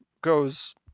goes